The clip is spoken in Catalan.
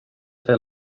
fet